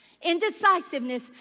indecisiveness